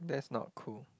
that's not cool